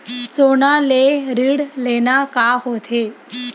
सोना ले ऋण लेना का होथे?